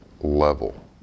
level